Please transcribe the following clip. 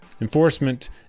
Enforcement